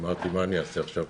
אמרתי: מה אני אעשה עכשיו?